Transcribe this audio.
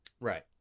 Right